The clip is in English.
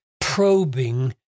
probing